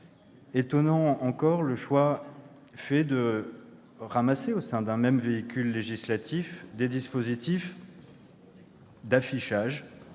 étonnant : celui de ramasser au sein d'un même véhicule législatif des dispositifs d'affichage-